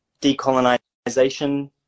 decolonization